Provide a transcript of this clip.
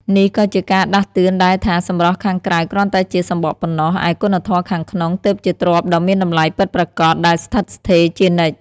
នេះក៏ជាការដាស់តឿនដែរថា សម្រស់ខាងក្រៅគ្រាន់តែជាសំបកប៉ុណ្ណោះ ឯគុណធម៌ខាងក្នុងទើបជាទ្រព្យដ៏មានតម្លៃពិតប្រាកដ ដែលស្ថិតស្ថេរជានិច្ច។